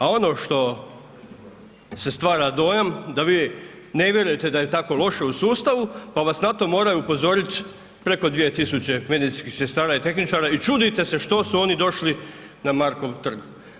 A ono što se stvara dojam da vi ne vjerujete da je tako loše u sustavu pa vas na to moraju upozoriti preko 2 tisuće medicinskih sestara i tehničara i čudite se što su oni došli na Markov trg.